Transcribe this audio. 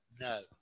No